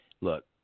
look